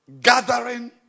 Gathering